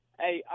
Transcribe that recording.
hey